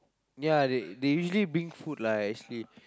ya they they usually bring food lah actually